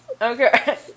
okay